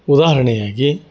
ಉದಾಹರಣೆಯಾಗಿ